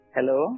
Hello